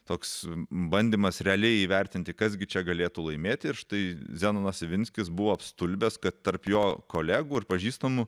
toks bandymas realiai įvertinti kas gi čia galėtų laimėti ir štai zenonas ivinskis buvo apstulbęs kad tarp jo kolegų ir pažįstamų